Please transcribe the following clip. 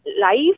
life